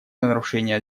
нарушения